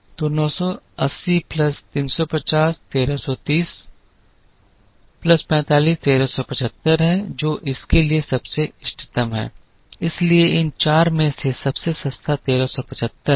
तो 980 plus 350 1330 plus 45 1375 है जो इसके लिए सबसे इष्टतम है इसलिए इन चार में से सबसे सस्ता 1375 है